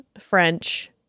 French